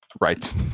right